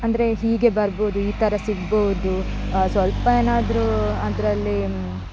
ಅಂದರೆ ಹೀಗೆ ಬರ್ಬಹುದು ಈ ಥರ ಸಿಗಬಹುದು ಸ್ವಲ್ಪನಾದರೂ ಅದರಲ್ಲಿ